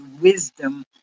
wisdom